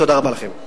תודה רבה לכם.